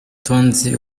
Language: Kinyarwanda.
tonzi